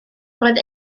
roedd